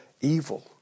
evil